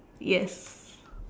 yes